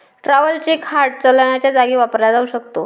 travellers cheque hard चलनाच्या जागी वापरला जाऊ शकतो